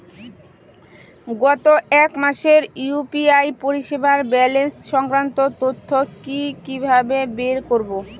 গত এক মাসের ইউ.পি.আই পরিষেবার ব্যালান্স সংক্রান্ত তথ্য কি কিভাবে বের করব?